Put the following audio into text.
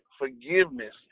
forgiveness